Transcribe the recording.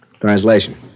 Translation